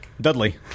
Dudley